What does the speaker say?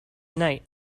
night